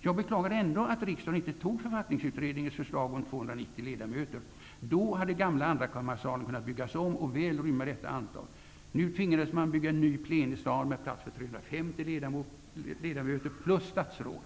Jag beklagar ändå att riksdagen inte antog ledamöter. Då hade gamla andrakammarsalen kunnat byggas om och väl rymma detta antal. Nu tvingades man bygga en ny plenisal med plats för 350 ledamöter plus statsråd.